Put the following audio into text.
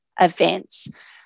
events